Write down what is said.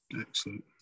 Excellent